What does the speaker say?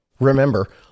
Remember